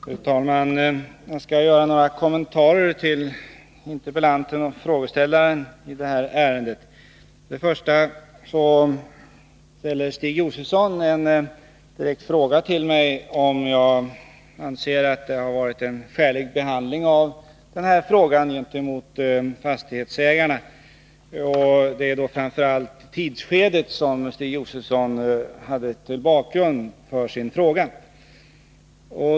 Fru talman! Jag skall göra några kommentarer till interpellanten och frågeställaren i det här ärendet. Stig Josefson ställde en direkt fråga till mig, om jag anser att det varit en skälig behandling av den här frågan gentemot fastighetsägarna. Det är framför allt tidsskedet som Stig Josefson hade till bakgrund för sin fråga.